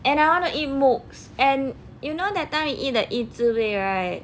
and I want to eat mooks and you know that time you eat the 忆滋味 right